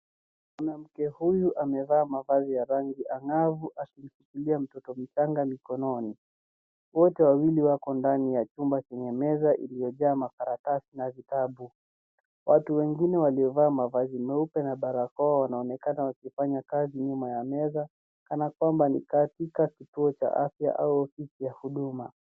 Mwanamke huyu amevaa mavazi ya rangi angavu akishikilia mtoto mchanga mikononi. Wote wawili wako ndani ya chumba chenye meza iliyojaa makaratasi na vitabu. Watu wengine waliovaa mavazi meupe na barakoa wanaonekana wakifanya kazi nyuma ya meza kana kwamba ni katika kituo cha afya au ofisi ya huduma.